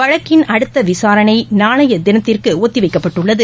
வழக்கின் அடுத்தவிசாரணைநாளையதினத்திற்குஒத்திவைக்கப்பட்டுள்ளது